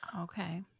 Okay